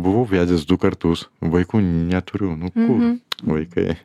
buvau vedęs du kartus vaikų neturiu nu kur vaikai